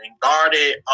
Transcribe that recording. guarded